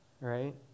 Right